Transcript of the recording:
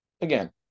Again